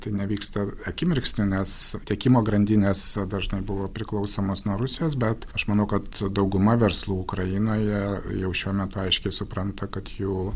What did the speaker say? tai nevyksta akimirksniu nes tiekimo grandinės dažnai buvo priklausomos nuo rusijos bet aš manau kad dauguma verslų ukrainoje jau šiuo metu aiškiai supranta kad jų